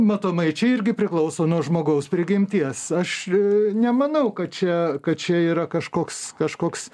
matomai čia irgi priklauso nuo žmogaus prigimties aš nemanau kad čia kad čia yra kažkoks kažkoks